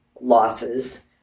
losses